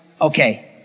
okay